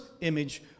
image